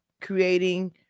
creating